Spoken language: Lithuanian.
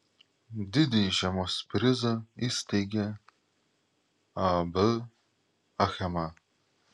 didįjį žiemos prizą įsteigė ab achema